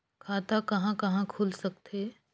खाता कहा कहा खुल सकथे?